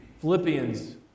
Philippians